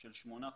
של שמונה חודשים,